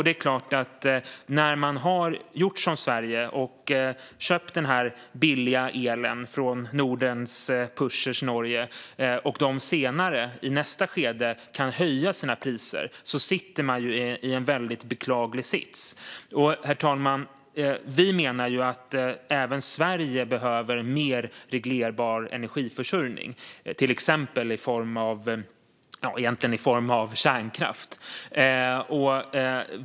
Det är klart att man sitter i en väldigt beklaglig sits när man, som Sverige, har köpt den billiga elen från Nordens pusher Norge och Norge i nästa skede kan höja sina priser. Herr talman! Vi menar att även Sverige behöver mer reglerbar energiförsörjning, egentligen i form av kärnkraft.